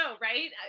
Right